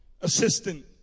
assistant